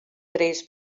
três